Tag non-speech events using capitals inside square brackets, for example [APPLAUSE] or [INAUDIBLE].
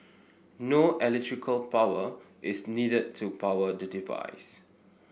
no [UNINTELLIGIBLE] power is needed to power the device